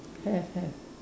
have have